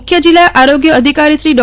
મુખ્યમ જીલ્લાલ આરોગ્યવ અધિકારીશ્રી ડો